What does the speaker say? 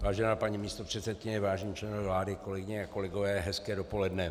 Vážená paní místopředsedkyně, vážení členové vlády, kolegyně a kolegové, hezké dopoledne.